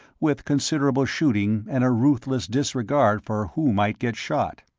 with considerable shooting and a ruthless disregard for who might get shot.